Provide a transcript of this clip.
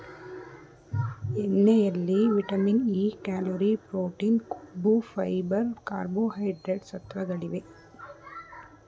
ಎಳ್ಳೆಣ್ಣೆಯಲ್ಲಿ vitamin E, calorie, protein, ಕೊಬ್ಬು, fibre, carbohydrates ಸತ್ವಗಳಿವೆ